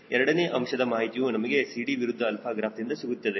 ಎರಡನೇ ಅಂಶದ ಮಾಹಿತಿಯು ನಮಗೆ CD ವಿರುದ್ಧ 𝛼 ಗ್ರಾಫ್ ದಿಂದ ಸಿಗುತ್ತದೆ